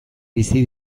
bizi